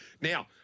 Now